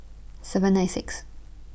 seven nine six